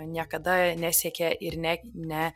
niekada nesiekė ir ne ne